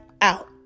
out